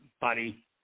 buddy